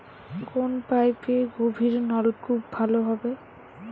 কোন পাইপে গভিরনলকুপ ভালো হবে?